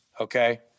okay